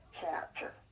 chapter